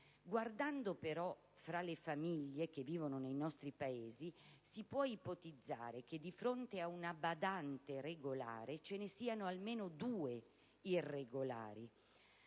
Guardando però fra le famiglie che vivono nei nostri paesi, si può ipotizzare che di fronte a una badante regolare, ce ne siano almeno due irregolari.